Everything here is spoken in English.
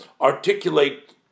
articulate